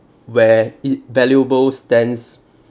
where it valuable stance